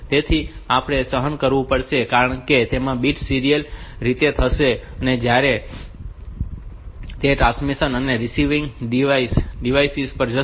તેથી આપણે સહન કરવું પડશે કારણ કે તેમાં બિટ્સ સીરીયલ રીતે જશે અને ત્યાંથી તે ટ્રાન્સમિશન અને રીસીવિંગ ડિવાઇસીસ પર જશે